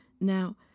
Now